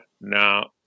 now